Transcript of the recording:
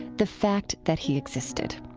the fact that he existed.